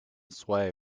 sway